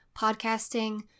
podcasting